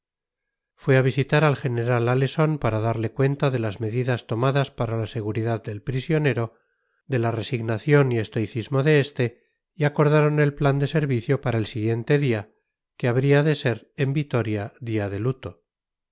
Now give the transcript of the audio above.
fue a visitar al general aleson para darle cuenta de las medidas tomadas para la seguridad del prisionero de la resignación y estoicismo de este y acordaron el plan de servicio para el siguiente día que habría de ser en vitoria día de luto